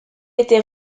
était